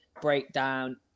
breakdown